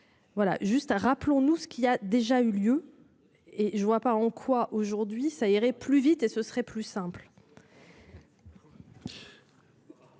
Voilà juste à. Rappelons-nous ce qui a déjà eu lieu et je vois pas en quoi aujourd'hui ça irait plus vite et ce serait plus simple.